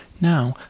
Now